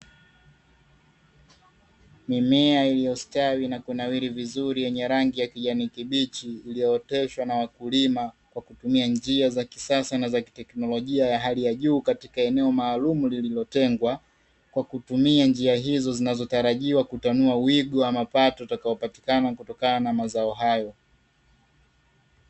Mimea iliyostawi na kunawiri vizuri yenye rangi ya kijani kibichi, iliyooteshwa na wakulima kwa kutumia njia za kisasa na za kiteknolojia ya hali ya juu, katika eneo maalumu lililotengwa, kwa kutumia njia hizo zinazotarajiwa kutanua wigo wa mapato yatakayopatikana kutokana na mazao hayo.